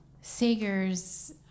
Sager's